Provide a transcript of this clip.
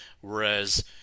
whereas